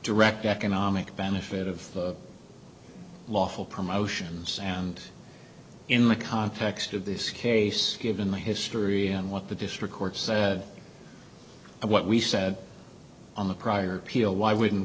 direct economic benefit of lawful promotions and in the context of this case given the history and what the district courts what we said on the prior appeal why wouldn't